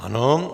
Ano.